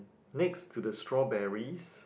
next to the strawberries